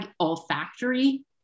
olfactory